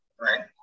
right